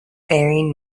faring